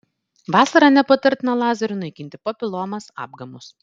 vasarą nepatartina lazeriu naikinti papilomas apgamus